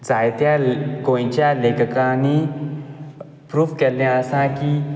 जायत्या गोंयच्या लेखकांनी प्रूव्ह केल्लें आसा की